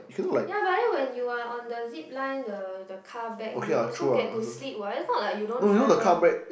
ya but then when you are on the Zipline the the car back you also get to sleep what it's not like you don't travel